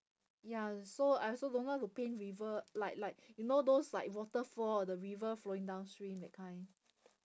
ya so I also don't know how to paint river like like you know those like waterfall or the river flowing downstream that kind